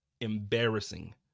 embarrassing